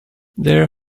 their